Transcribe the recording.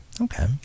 Okay